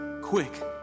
Quick